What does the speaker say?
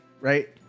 right